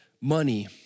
money